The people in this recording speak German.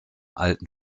alten